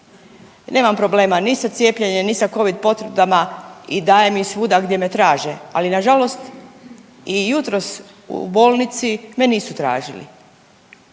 Nemam problema ni sa cijepljenjem, ni sa Covid potvrdama i dajem ih svuda gdje me traže, ali nažalost i jutros u bolnici me nisu tražili.